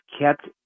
kept